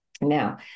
Now